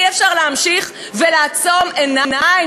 אי-אפשר להמשיך ולעצום עיניים.